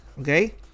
okay